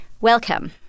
Welcome